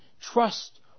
trust